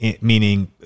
meaning